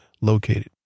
located